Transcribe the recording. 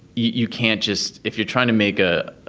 you can't just if you're trying to make a